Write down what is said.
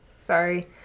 Sorry